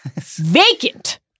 vacant